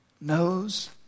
knows